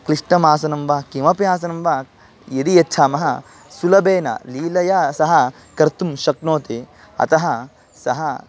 क्लिष्टम् आसनं वा किमपि आसनं वा यदि यच्छामः सुलभेन लीलया सः कर्तुं शक्नोति अतः सः